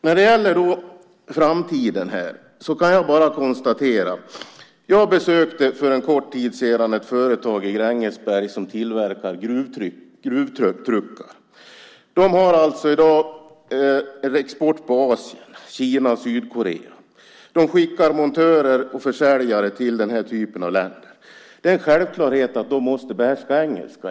När det gäller framtiden besökte jag för en kort tid sedan ett företag i Grängesberg som tillverkar gruvtruckar. De har i dag en export på Asien, Kina och Sydkorea. De skickar montörer och försäljare till den typen av länder. Det är en självklarhet att de måste behärska engelska.